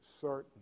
certain